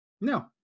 No